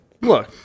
look